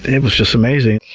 it was just amazing.